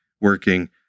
working